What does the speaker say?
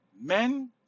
men